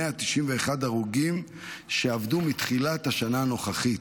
191 הרוגים שאבדו מתחילת השנה הנוכחית.